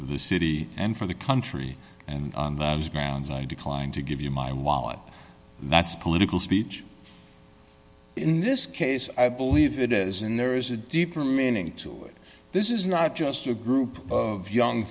the city and for the country and grounds i declined to give you my wallet that's political speech in this case i believe it is and there is a deeper meaning to it this is not just a group of young